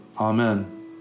Amen